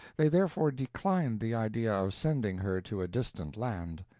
they therefore declined the idea of sending her to a distant land.